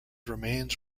remains